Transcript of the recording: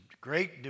great